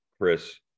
Chris